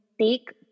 take